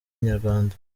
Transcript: inyarwanda